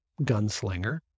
gunslinger